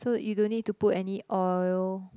so you don't need to put any oil